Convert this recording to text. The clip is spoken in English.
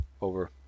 Over